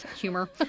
humor